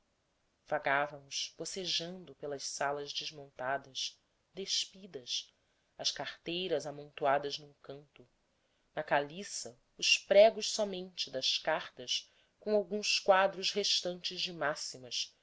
vagávamos bocejando pelas salas desmontadas despidas as carteiras amontoadas num canto na caliça os pregos somente das cartas com alguns quadros restantes de máximas